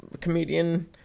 comedian